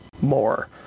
more